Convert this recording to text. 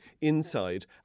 inside